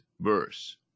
verse